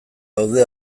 daude